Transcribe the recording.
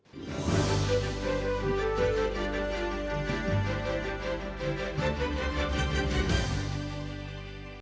Дякую